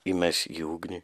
įmes į ugnį